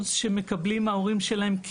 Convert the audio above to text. שזו קצבה שמקבלים ההורים שלהם.